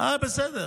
בסדר.